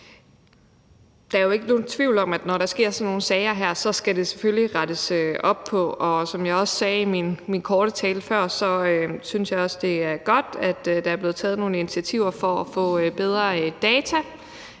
Der er jo ikke nogen tvivl om, at når der opstår sådan nogle sager, skal der selvfølgelig rettes op. Som jeg sagde i min korte tale før, synes jeg også, at det er godt, at der er blevet taget nogle initiativer for at få bedre data,